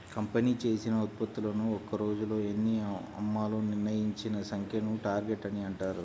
company చేసిన ఉత్పత్తులను ఒక్క రోజులో ఎన్ని అమ్మాలో నిర్ణయించిన సంఖ్యను టార్గెట్ అని అంటారు